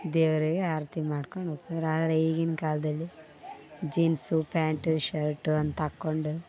ದೇವರಿಗೆ ಆರತಿ ಮಾಡ್ಕೊಂಡು ಹೋಗ್ತಾರ್ ಆದರೆ ಈಗಿನ ಕಾಲದಲ್ಲಿ ಜೀನ್ಸು ಪ್ಯಾಂಟು ಶರ್ಟು ಅಂತ ಹಾಕೊಂಡು